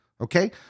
Okay